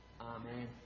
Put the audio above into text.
Amen